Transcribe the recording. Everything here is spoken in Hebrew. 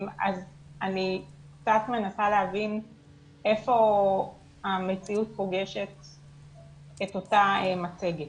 אז אני קצת מנסה להבין איפה המציאות פוגשת את אותה מצגת.